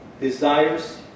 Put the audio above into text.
desires